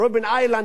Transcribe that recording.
אני לא יודע איפה,